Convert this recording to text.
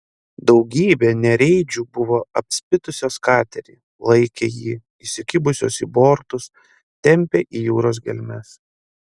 daugybė nereidžių buvo apspitusios katerį laikė jį įsikibusios į bortus tempė į jūros gelmes